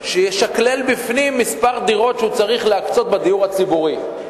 שישקלל בפנים כמה דירות שהוא צריך להקצות לדיור הציבורי.